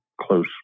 close